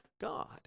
God